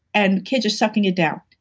and kids are sucking it down.